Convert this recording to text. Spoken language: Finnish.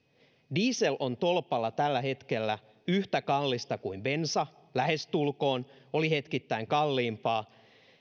diesel on tolpalla tällä hetkellä yhtä kallista kuin bensa lähestulkoon oli hetkittäin kalliimpaa